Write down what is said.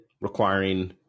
requiring